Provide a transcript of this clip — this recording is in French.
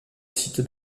site